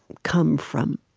come from